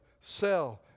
Sell